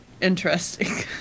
Interesting